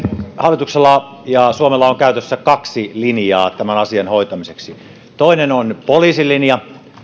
hallituksella ja suomella on käytössä kaksi linjaa tämän asian hoitamiseksi toinen on poliisilinja